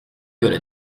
göre